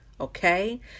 Okay